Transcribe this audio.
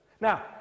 Now